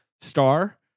star